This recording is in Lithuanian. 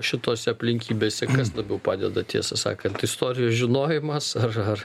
šitose aplinkybėse kas labiau padeda tiesą sakant istorijos žinojimas ar ar